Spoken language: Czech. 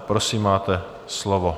Prosím, máte slovo.